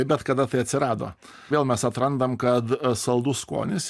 bet kada tai atsirado vėl mes atrandam kad saldus skonis